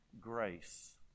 grace